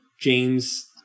James